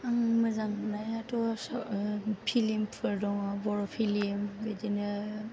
आं मोजां मोननायाथ' फिलिमफोर दङ बर' फिलिम बिदिनो